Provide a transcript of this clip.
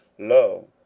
lo,